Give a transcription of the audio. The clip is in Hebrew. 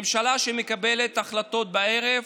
ממשלה שמקבלת החלטות בערב,